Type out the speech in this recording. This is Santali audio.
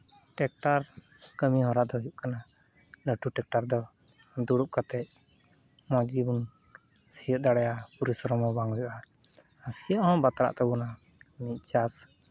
ᱴᱮᱠᱴᱟᱨ ᱠᱟᱹᱢᱤᱦᱚᱨᱟ ᱫᱚ ᱦᱩᱭᱩᱜ ᱠᱟᱱᱟ ᱞᱟᱹᱴᱩ ᱴᱮᱠᱴᱟᱨ ᱫᱚ ᱫᱩᱲᱩᱵ ᱠᱟᱛᱮ ᱢᱚᱡᱽ ᱜᱮᱵᱚᱱ ᱥᱤᱭᱚᱜ ᱫᱟᱲᱮᱭᱟᱜᱼᱟ ᱯᱚᱨᱤᱥᱨᱚᱢ ᱦᱚᱸ ᱵᱟᱝ ᱦᱩᱭᱩᱜᱼᱟ ᱟᱨ ᱥᱤᱭᱚᱜ ᱦᱚᱸ ᱵᱟᱛᱨᱟᱜ ᱛᱟᱵᱚᱱᱟ ᱢᱤᱫ ᱪᱟᱥ